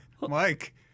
Mike